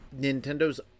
Nintendo's